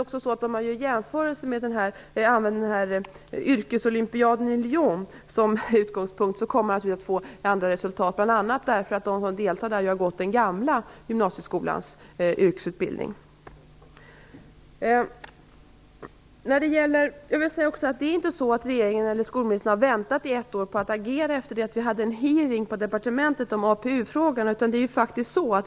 Om man har yrkesolympiaden i Lyon som utgångspunkt kommer man naturligtvis att få andra resultat, bl.a. därför att de som deltar där har gått den gamla gymnasieskolans yrkesutbildning. Det är inte så att regeringen eller skolministern har väntat i ett år på att agera efter det att vi hade en hearing på departementet om APU-frågan.